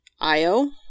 IO